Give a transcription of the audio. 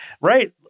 Right